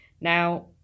Now